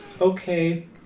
Okay